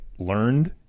Learned